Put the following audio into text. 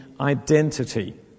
identity